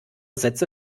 sätze